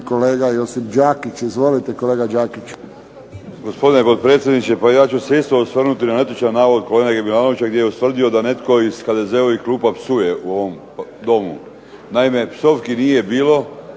kolega Josip Đakić. Izvolite, kolega Đakić. **Đakić, Josip (HDZ)** Gospodine potpredsjedniče, pa ja ću se isto osvrnuti na netočan navod kolege Milanovića gdje je ustvrdio da netko iz HDZ-ovih klupa psuje u ovom domu. Naime, psovki nije bilo,